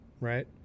right